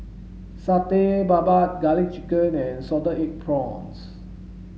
satay babat garlic chicken and salted egg prawns